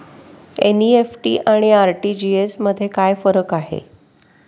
NEFT आणि RTGS मध्ये काय फरक आहे?